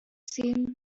seemed